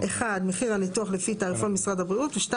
(1) מחיר הניתוח לפי תעריפון משרד הבריאות ו-(2)